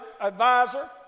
advisor